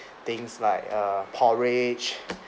things like err porridge